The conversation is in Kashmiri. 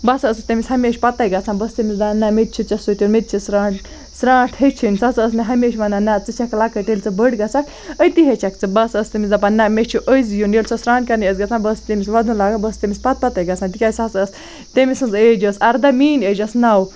بہٕ ہَسا ٲسٕس تمِس ہَمیشہِ پَتاے گَژھان بہٕ ٲسٕس تٔمس دپان نہَ مےٚ تہِ چھُ ژےٚ سۭتۍ یُن مےٚ تہِ چھِ سرانٛٹھ ہیٚچھِنۍ سۄ ہَسا ٲسۍ مےٚ ہَمیشہ وَنان نہَ ییٚلہِ ژٕ چھَکھ لَکٕٹۍ ییٚلہِ ژٕ بٔڑ گَژھَکھ أتے ہیٚچھَکھ ژٕ بہٕ ہَسا ٲسِس تٔمِس دَپان نہَ مےٚ چھُ أزۍ یُن ییٚلہِ سۄ سران کَرنہِ ٲسۍ گَژھان بہٕ ٲسٕس تٔمِس وَدُن لاگان بہٕ ٲسٕس تٔمِس پَت پَتاے گَژھان تکیازِ سۄ ہَسا ٲسۍ تمۍ سِنٛز ایج ٲسۍ اَرداہہ میٲنٛۍ ایج ٲسۍ نَو